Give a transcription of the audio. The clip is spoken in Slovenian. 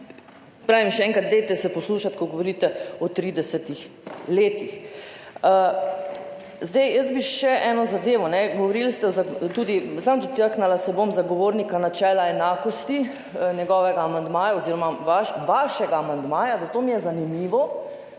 pravim še enkrat, dajte se poslušati, ko govorite o 30 letih. Jaz bi še eno zadevo, samo dotaknila se bom zagovornika načela enakosti, njegovega amandmaja oziroma vašega amandmaja, zato mi je zanimivo,